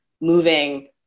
moving